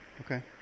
Okay